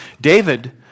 David